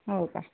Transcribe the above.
हो का